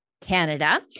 Canada